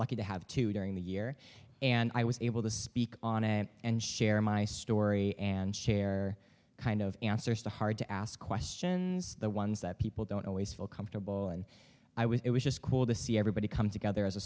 lucky to have two during the year and i was able to speak on it and share my story and share kind of answers to hard to ask questions the ones that people don't always feel comfortable and i was it was just cool to see everybody come together as a